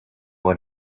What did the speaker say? what